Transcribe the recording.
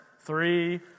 Three